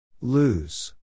Lose